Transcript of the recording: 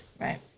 Right